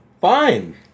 fine